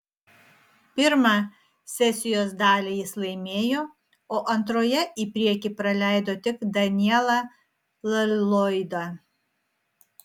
pirmą sesijos dalį jis laimėjo o antroje į priekį praleido tik danielą lloydą